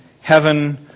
heaven